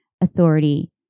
authority